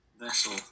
vessel